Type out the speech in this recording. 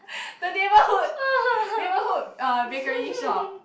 the neighbourhood neighbourhood uh bakery shop